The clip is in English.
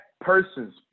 person's